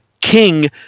King